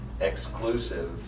exclusive